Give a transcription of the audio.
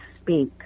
speak